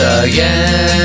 again